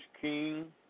King